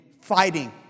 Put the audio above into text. fighting